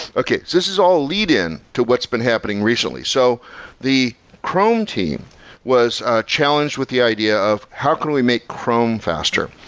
okay, this is all lead in to what's been happening recently. so the chrome team was ah challenged with the idea of how can we make chrome faster?